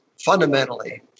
fundamentally